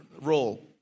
role